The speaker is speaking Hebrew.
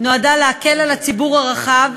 נועדה להקל על הציבור הרחב,